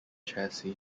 chassis